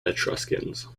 etruscans